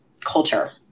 culture